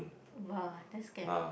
!woah! that's scary